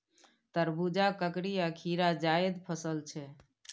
तरबुजा, ककरी आ खीरा जाएद फसल छै